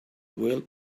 well